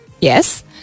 Yes